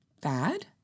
bad